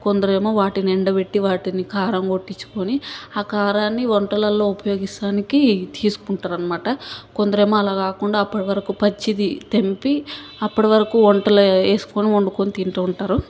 కొందరేమో వాటిని ఎండబెట్టి వాటిని కారం కొట్టించుకొని కారాన్ని వంటలలో ఉపయోగించడానికి తీసుకుంటారనమాట కొందరేమో అలా కాకుండా అప్పడివరకు పచ్చిది తెంపి అప్పడి వరకు వంటలో వేసుకొని వండుకొని తింటుంటారు